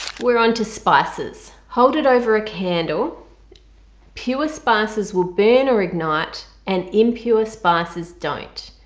we're onto spices. hold it over a candle pure spices will burn or ignite and impure spices don't.